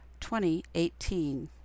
2018